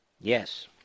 Yes